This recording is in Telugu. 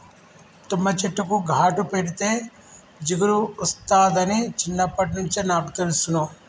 తుమ్మ చెట్టుకు ఘాటు పెడితే జిగురు ఒస్తాదని చిన్నప్పట్నుంచే నాకు తెలుసును